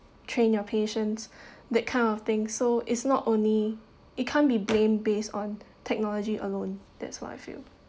train your patients that kind of thing so is not only it can't be blamed based on technology alone that's what I feel